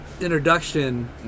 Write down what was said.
introduction